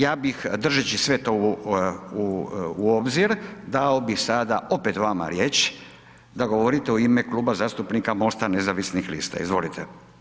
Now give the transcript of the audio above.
Ja bih držeći sve to u obzir, dao bih sada opet vama riječ da govorite u ime Kluba zastupnika MOST-a nezavisnih lista, izvolite.